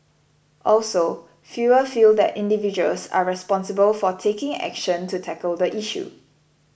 also fewer feel that individuals are responsible for taking action to tackle the issue